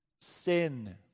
sin